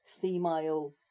female